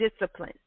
discipline